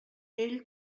ell